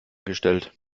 gestellt